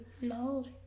No